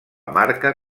marca